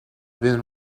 been